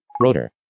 Rotor